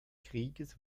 krieges